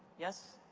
yes?